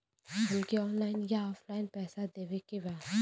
हमके ऑनलाइन या ऑफलाइन पैसा देवे के बा?